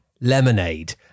lemonade